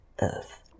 Earth